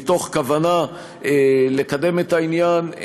מתוך כוונה לקדם את העניין.